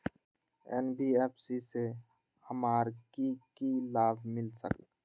NBFC से हमार की की लाभ मिल सक?